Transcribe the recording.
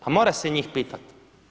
Pa mora se njih pitati.